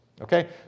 okay